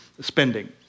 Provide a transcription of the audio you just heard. spending